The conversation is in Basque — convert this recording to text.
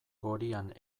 gorian